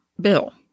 Bill